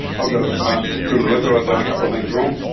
i've got a um criminal record. i've done a couple of things wrong.